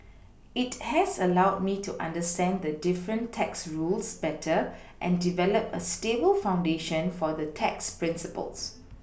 it has allowed me to understand the different tax rules better and develop a stable foundation for the tax Principles